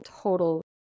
total